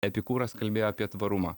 epikūras kalbėjo apie tvarumą